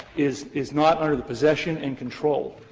is is not under the possession and control,